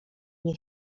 nie